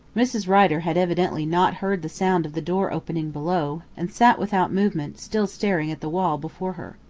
mrs. rider had evidently not heard the sound of the door opening below, and sat without movement still staring at the wall before her.